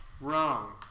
Wrong